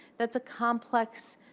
that's a complex,